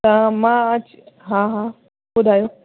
त मां अॼु हा हा ॿुधायो